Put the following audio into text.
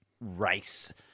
race